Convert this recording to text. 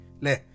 le